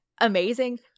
amazing